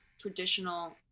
traditional